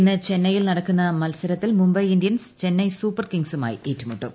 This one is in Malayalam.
ഇന്ന് ചെന്നൈയിൽ നടക്കുന്ന മത്സരത്തിൽ മുംബൈ ഇന്ത്യൻസ് ചെന്നൈ സൂപ്പർ കിങ്സുമായി ഏറ്റുമുട്ടും